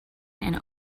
and